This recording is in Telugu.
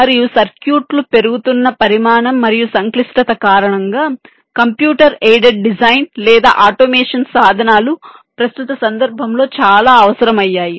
మరియు సర్క్యూట్లు పెరుగుతున్న పరిమాణం మరియు సంక్లిష్టత కారణంగా కంప్యూటర్ ఎయిడెడ్ డిజైన్ లేదా ఆటోమేషన్ సాధనాలు ప్రస్తుత సందర్భంలో చాలా అవసరం అయ్యాయి